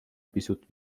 pisut